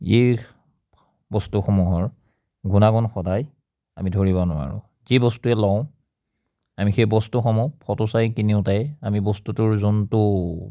এই বস্তুসমূহৰ গুণাগুণ সদায় আমি ধৰিব নোৱাৰোঁ যি বস্তুৱেই লওঁ আমি সেই বস্তুসমূহ ফ'টো চাই কিনোতেই আমি বস্তুটোৰ যোনটো